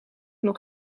nog